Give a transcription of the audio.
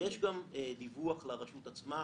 יש גם דיווח לרשות עצמה,